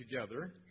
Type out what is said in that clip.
together